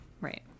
Right